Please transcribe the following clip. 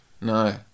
No